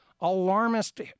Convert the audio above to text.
alarmist